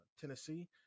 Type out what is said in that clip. tennessee